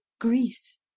Greece